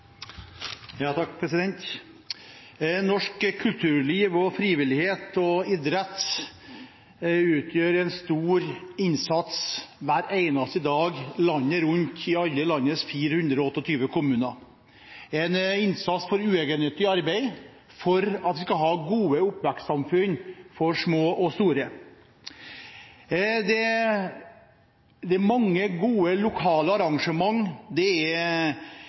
Norsk kulturliv, frivillighet og idrett gjør en stor innsats hver eneste dag landet rundt, i alle landets 428 kommuner, en innsats for uegennyttig arbeid for at vi skal ha gode oppvekstsamfunn for små og store. Det er mange gode lokale arrangement, det er